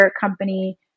company